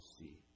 see